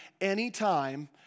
anytime